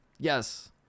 Yes